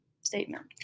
statement